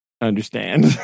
understand